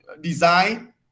design